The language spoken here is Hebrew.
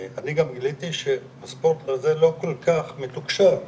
אני גם ראיתי שהספורט הזה לא כל כך מתוקשר,